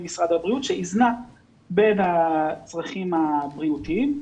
משרד הבריאות שאיזנה בין הצרכים הבריאותיים,